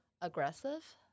aggressive